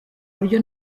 buryo